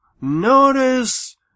notice